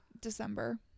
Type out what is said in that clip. December